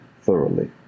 thoroughly